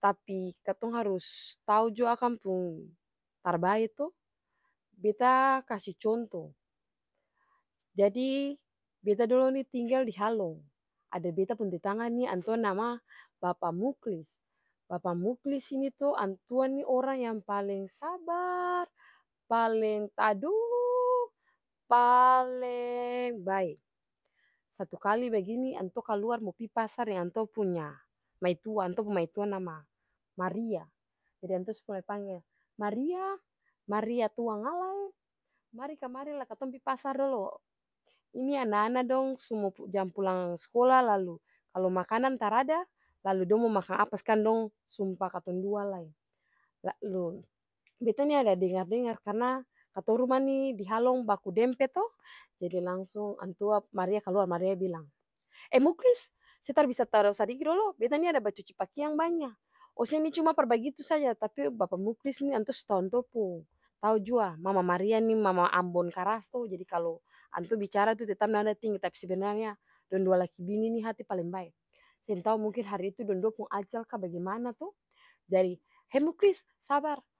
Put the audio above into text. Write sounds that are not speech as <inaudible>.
tapi katong jua harus tau akang pung tarbae to. Beta kasi conto, jadi beta nih dolo tinggal di halong ada beta pung tetangga nih antua nama bapa muklis, bapa muklis ini to antua nih orang yang paleng sabar, paleng tado, paleng bae. Satu kali bagini antua kaluar mo pi pasar deng antua punya maitua, antua pung maitua nama maria, jadi antua sumulae panggel maria, maria tuangalae mari kamari lah katong pi pasar dolo, ini ana-ana dong su mo jam pulang skola lalu kalu makanang tar ada lalu dong mo makang apa skang dong sumpa katong dua lai. <unintelligible> beta nih ada dengar-dengar karna katong nih pung ruma di halong baku dempet to, jadi langsung antua maria kaluar, maria bilang eh muklis se tar bisa tado sadiki dolo beta nih ada bacuci pakiang banya ose nih cuma par bagitu saja, tapi bapa muklis nih antua su tau antua pung tau jua mama maria nih mama ambon karas to jadi kalu antua bicara tuh tetap nada tinggi tapi sebenarnya dong dua laki bini nih hati paleng bae, seng tau mungkin hari itu dong dua pung ajal ka bagimana to, jadi he muklis sabar.